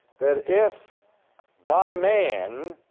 that if by man,